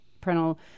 parental